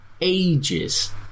Ages